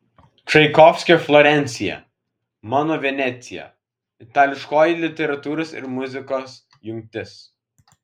čaikovskio florencija mano venecija itališkoji literatūros ir muzikos jungtis